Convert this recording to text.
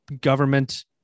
government